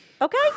Okay